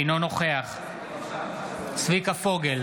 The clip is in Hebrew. אינו נוכח צביקה פוגל,